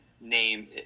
name